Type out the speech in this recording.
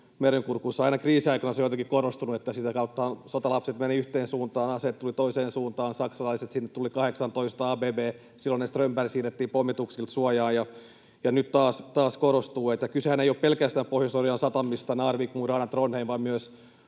Merenkurkussa. Aina kriisiaikoina se on jotenkin korostunut — sitä kautta sotalapset menivät yhteen suuntaan, aseet tulivat toiseen suuntaan, saksalaiset tulivat 18 ja ABB, silloinen Strömberg, siirrettiin pommituksilta suojaan — nyt taas korostuu. Kysehän ei ole pelkästään Pohjois-Norjan satamista — Narvik, Mo i Rana, Trondheim — vaan myös